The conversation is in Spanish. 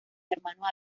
hermanos